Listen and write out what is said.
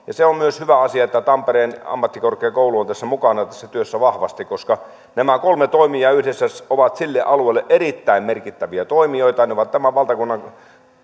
se on myös hyvä asia että tampereen ammattikorkeakoulu on mukana tässä työssä vahvasti koska nämä kolme toimijaa yhdessä ovat sille alueelle erittäin merkittäviä toimijoita ne ovat myöskin tämän valtakunnan